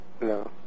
No